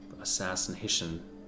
assassination